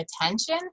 attention